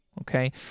okay